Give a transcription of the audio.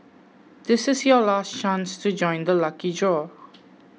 this is your last chance to join the lucky draw